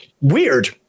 Weird